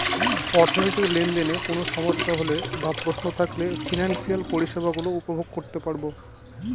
অর্থনৈতিক লেনদেনে কোন সমস্যা হলে বা প্রশ্ন থাকলে ফিনান্সিয়াল পরিষেবা গুলো উপভোগ করতে পারবো